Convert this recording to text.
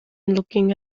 looking